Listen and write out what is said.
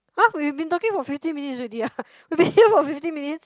!huh! we've been talking for fifteen minutes already ah we've been here for fifteen minutes